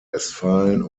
westfalen